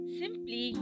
simply